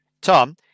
tom